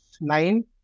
nine